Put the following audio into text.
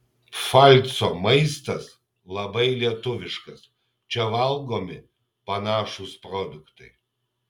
pfalco maistas labai lietuviškas čia valgomi panašūs produktai